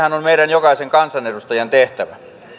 meidän jokaisen kansanedustajan tehtävä